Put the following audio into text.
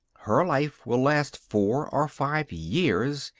her life will last four or five years,